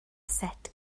set